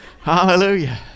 hallelujah